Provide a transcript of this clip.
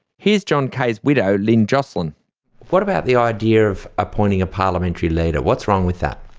here's john kaye's widow lynne joselyn what about the idea of appointing a parliamentary leader, what's wrong with that?